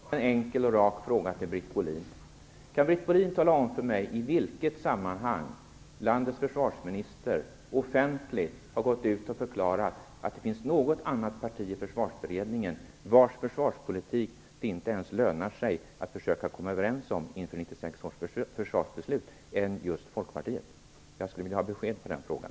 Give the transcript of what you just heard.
Fru talman! Jag har en enkel och rak fråga till Britt Bohlin: Kan Britt Bohlin tala om för mig i vilket sammanhang landets försvarsminister offentligt har gått ut och förklarat att det finns något annat parti i Försvarsberedningen vars försvarspolitik det inte ens lönar sig att försöka komma överens om inför 1996 års försvarsbeslut än just Folkpartiet? Jag skulle vilja ha besked i den frågan.